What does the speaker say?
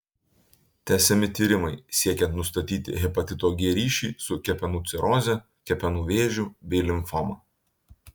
tęsiami tyrimai siekiant nustatyti hepatito g ryšį su kepenų ciroze kepenų vėžiu bei limfoma